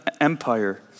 empire